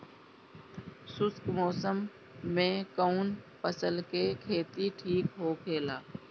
शुष्क मौसम में कउन फसल के खेती ठीक होखेला?